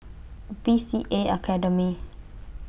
B C A Academy